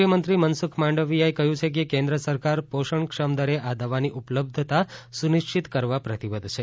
કેન્દ્રિય મંત્રી મનસુખ માંડવીયાએ કહ્યું છે કે કેન્દ્ર સરકાર પોષણક્ષમ દરે આ દવાની ઉપલબ્ધતા સુનિશ્ચિત કરવા પ્રતિબદ્ધ છે